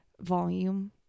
volume